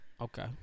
Okay